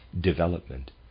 development